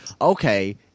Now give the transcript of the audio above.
okay